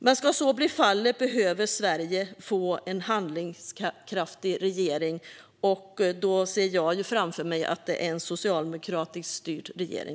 Men ska så bli fallet behöver Sverige få en handlingskraftig socialdemokratiskt styrd regering.